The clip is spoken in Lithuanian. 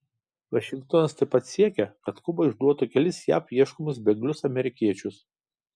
vašingtonas taip pat siekia kad kuba išduotų kelis jav ieškomus bėglius amerikiečius